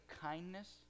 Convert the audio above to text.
kindness